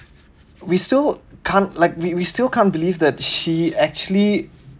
we still can't like we still can't believe that she actually